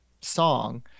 Song